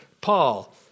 Paul